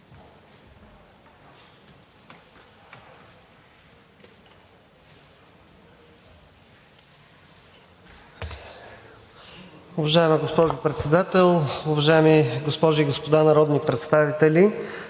Уважаема госпожо Председател, уважаеми госпожи и господа народни представители!